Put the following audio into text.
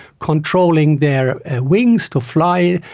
controlling their wings to fly,